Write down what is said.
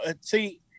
see